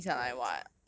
!wah! 我真的